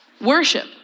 Worship